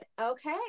Okay